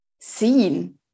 seen